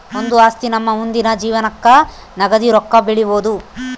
ಒಂದು ಆಸ್ತಿ ನಮ್ಮ ಮುಂದಿನ ಜೀವನಕ್ಕ ನಗದಿ ರೊಕ್ಕ ಬೆಳಿಬೊದು